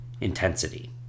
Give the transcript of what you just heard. intensity